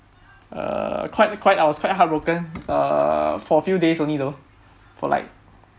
err quite quite I was quite heartbroken err for a few days only though for like